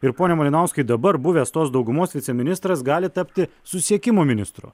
ir pone malinauskai dabar buvęs tos daugumos viceministras gali tapti susisiekimo ministru